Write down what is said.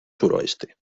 suroeste